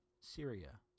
Syria